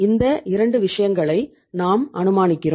இந்த 2 விஷயங்களை நாம் அனுமானிக்கிறோம்